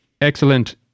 Excellent